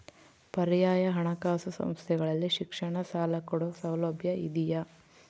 ಪರ್ಯಾಯ ಹಣಕಾಸು ಸಂಸ್ಥೆಗಳಲ್ಲಿ ಶಿಕ್ಷಣ ಸಾಲ ಕೊಡೋ ಸೌಲಭ್ಯ ಇದಿಯಾ?